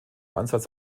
ansatz